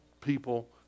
people